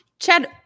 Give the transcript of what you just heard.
Chad